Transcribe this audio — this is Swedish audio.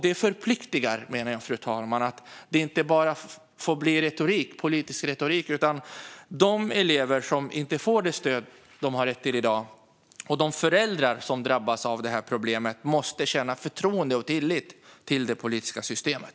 Det förpliktar, fru talman. Det får inte bara bli politisk retorik. De elever som inte får det stöd de har rätt till i dag och de föräldrar som drabbas av problemet måste känna förtroende för och tillit till det politiska systemet.